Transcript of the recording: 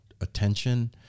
attention